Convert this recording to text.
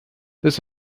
this